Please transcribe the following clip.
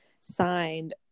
Signed